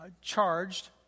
charged